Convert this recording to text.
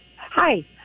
hi